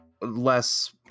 less